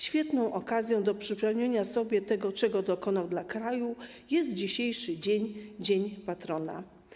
Świetną okazją do przypomnienia sobie tego, czego dokonał dla kraju, jest dzisiejszy dzień, dzień patrona.